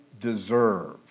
deserve